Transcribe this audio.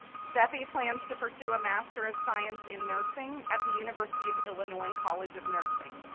steffi plans to pursue a master of science in nursing at the university of illinois college of nursing.